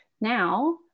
Now